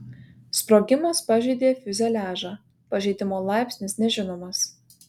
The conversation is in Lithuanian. sprogimas pažeidė fiuzeliažą pažeidimo laipsnis nežinomas